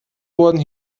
wurden